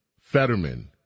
Fetterman